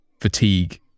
fatigue